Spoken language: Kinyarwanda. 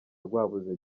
rwabuze